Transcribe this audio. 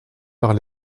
par